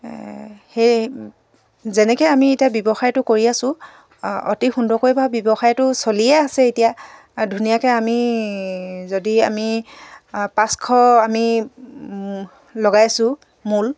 সেইয়ে যেনেকৈ আমি এতিয়া ব্যৱসায়টো কৰি আছোঁ অতি সুন্দৰকৈ বাৰু ব্যৱসায়টো চলিয়ে আছে এতিয়া ধুনীয়াকৈ আমি যদি আমি পাঁচশ আমি লগাইছোঁ মূল